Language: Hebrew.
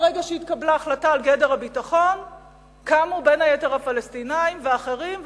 ברגע שהתקבלה ההחלטה קמו בין היתר הפלסטינים ואחרים,